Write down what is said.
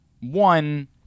one